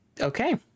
Okay